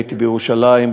הייתי בירושלים,